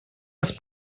раз